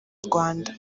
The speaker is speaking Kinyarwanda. rwanda